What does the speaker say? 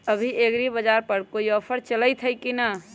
अभी एग्रीबाजार पर कोई ऑफर चलतई हई की न?